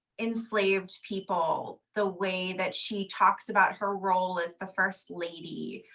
enslaved people, the way that she talks about her role as the first lady,